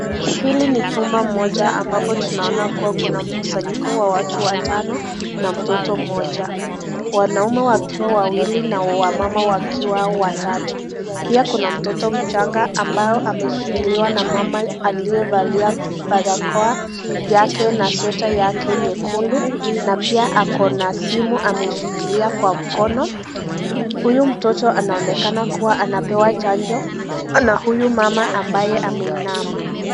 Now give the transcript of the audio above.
Hiki ni chumba moja ambapo tunaona kuwa kuna mkusanyiko wa watu watano na mtoto mmoja. Wanaume wakiwa wawili na wamama wakiwa watatu. Pia Kuna mtoto mchanga ambao ameshikiliwa na mama aliyevalia barakoa yake na sweater yake nyekundu, na pia ako na simu ameshikilia Kwa mkono. Huyu mtoto anaeonekana kuwa anapewa chanjo na huyu mama ambaye ameinama.